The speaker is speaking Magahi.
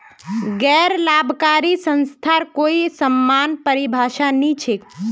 गैर लाभकारी संस्थार कोई समान परिभाषा नी छेक